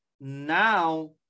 Now